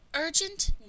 Urgent